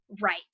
right